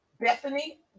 Bethany